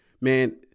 man